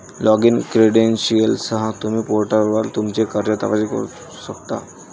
login क्रेडेंशियलसह, तुम्ही पोर्टलवर तुमचे कर्ज तपशील पाहू शकता